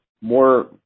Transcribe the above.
more